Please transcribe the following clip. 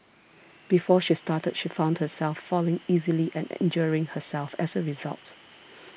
before she started she found herself falling easily and injuring herself as a result